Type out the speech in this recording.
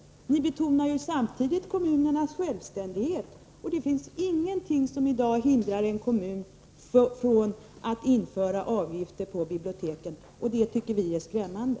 Ni betonar samtidigt kommunernas självständighet, och det finns ingenting som i dag hindrar en kommun från att införa avgift på biblioteken. Det tycker vi är skrämmande.